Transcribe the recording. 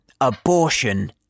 Abortion